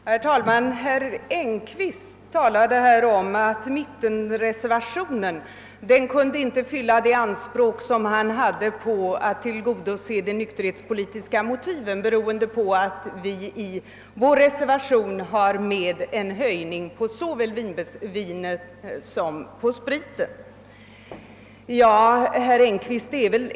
Herr talman! Herr Engkvist talade om att mittenreservationen inte kunde fylla de anspråk som han hade på tillgodoseende av de nykterhetspolitiska motiven, beroende på att vi i vår reservation har med en höjning såväl på vinet som på spriten.